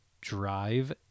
drive